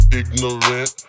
ignorant